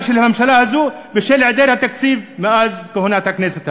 של הממשלה הזאת בשל היעדר התקציב מאז כהונת הכנסת הזאת.